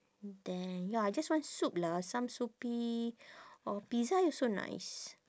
then ya I just want soup lah some soupy or pizza also nice